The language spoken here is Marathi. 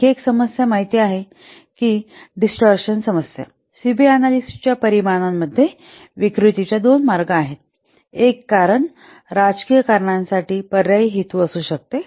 आणखी एक समस्या माहित आहे की डिस्टोरशन समस्या सी बी अनॅलिसिस च्या परिणामामध्ये विकृतीच्या दोन मार्ग आहेत एक कारण राजकीय कारणांसाठी पर्यायी हेतू असू शकते